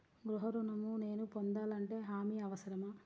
గృహ ఋణం నేను పొందాలంటే హామీ అవసరమా?